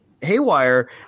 Haywire